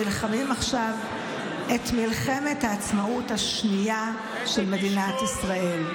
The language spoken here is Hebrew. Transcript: אנחנו נלחמים עכשיו את מלחמת העצמאות השנייה של מדינת ישראל.